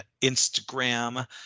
Instagram